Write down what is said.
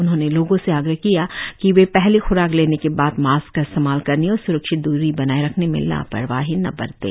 उन्होंने लोगों से आग्रह किया कि वे पहली ख्राक लेने के बाद मास्क का इस्तेमाल करने और स्रक्षित दूरी बनाये रखने में लापरवाही न बरतें